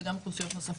זה גם אוכלוסיות נוספות.